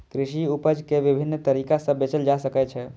कृषि उपज कें विभिन्न तरीका सं बेचल जा सकै छै